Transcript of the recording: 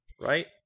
Right